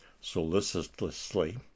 solicitously